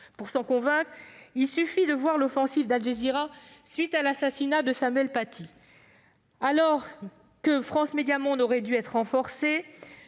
Pour s'en convaincre, il suffit de voir l'offensive d'Al Jazeera à la suite à l'assassinat de Samuel Paty. Alors que France Médias Monde aurait dû être renforcée-